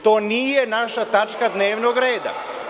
To nije naša tačka dnevnog reda.